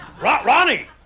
Ronnie